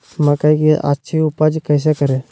मकई की अच्छी उपज कैसे करे?